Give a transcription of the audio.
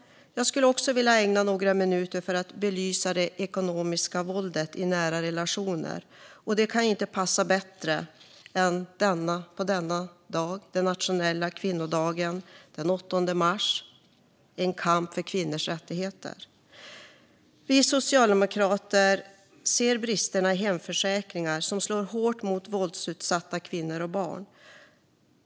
Jag vill också ägna några minuter åt att belysa det ekonomiska våldet i nära relationer, och det kan ju inte passa bättre än på denna internationella kvinnodag. Den 8 mars är en kampdag för kvinnors rättigheter. Vi socialdemokrater ser bristerna i hemförsäkringar som slår hårt mot våldsutsatta kvinnor och barn.